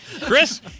Chris